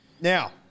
Now